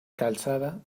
calzada